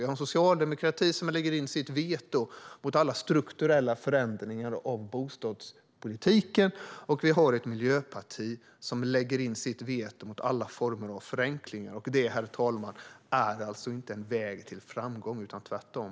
Vi har en socialdemokrati som lägger in sitt veto mot alla strukturella förändringar av bostadspolitiken, och vi har ett miljöparti som lägger in sitt veto mot alla former av förenklingar. Detta, herr talman, är ingen väg till framgång - tvärtom.